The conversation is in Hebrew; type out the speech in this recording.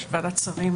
של ועדת שרים,